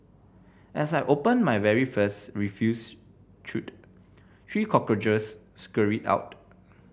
as I opened my very first refuse chute three cockroaches scurried out